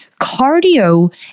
Cardio